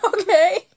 Okay